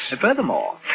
Furthermore